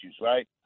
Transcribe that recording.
right